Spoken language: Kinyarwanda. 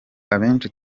abenshi